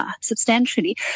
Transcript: substantially